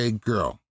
girl